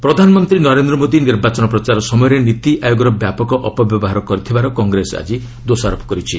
Congress EC ପ୍ରଧାନମନ୍ତ୍ରୀ ନରେନ୍ଦ୍ର ମୋଦି ନିର୍ବାଚନ ପ୍ରଚାର ସମୟରେ ନୀତି ଆୟୋଗର ବ୍ୟାପକ ଅପବ୍ୟବହାର କରିଥିବାର କଂଗ୍ରେସ ଆଜି ଦୋଷାରୋପ କରିଛି